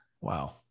Wow